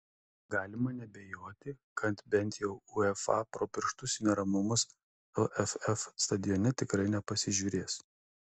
galima neabejoti kad bent jau uefa pro pirštus į neramumus lff stadione tikrai nepasižiūrės